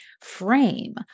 frame